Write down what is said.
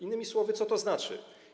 Innymi słowy: Co to znaczy?